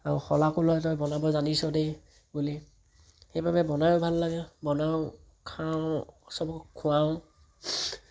আৰু শলাগো লয় তই বনাব জানিছ দেই বুলি সেইবাবে বনাইয়ো ভাল লাগে বনাওঁ খাওঁ সবক খুৱাওঁ